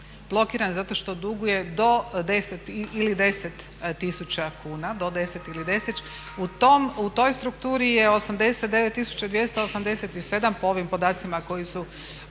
blokiran zato što duguje do 10 ili 10 tisuća kuna, do 10 ili 10. U toj strukturi je 89 tisuća 287 po ovim podacima koji su